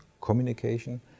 communication